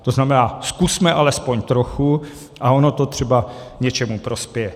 To znamená, zkusme alespoň trochu a ono to třeba něčemu prospěje.